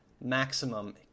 maximum